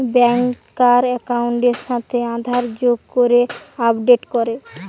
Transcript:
ব্যাংকার একাউন্টের সাথে আধার যোগ করে আপডেট করে